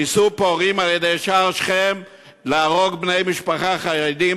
ניסו פורעים על יד שער שכם להרוג בני משפחה חרדים,